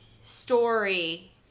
story